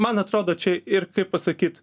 man atrodo čia ir kaip pasakyt